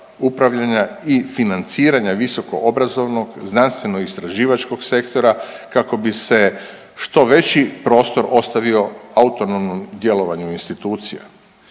i financiranja visoko obrazovnog, znanstveno istraživačkog sektora kako bi se što već prostor ostavio autonomnom djelovanju institucija.